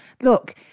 look